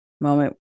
moment